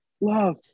love